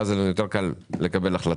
ואז יהיה לנו קל יותר לקבל החלטה.